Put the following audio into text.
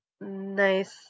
nice